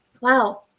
Wow